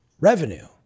revenue